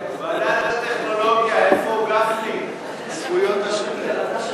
הרווחה והבריאות נתקבלה.